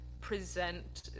present